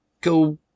go